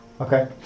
Okay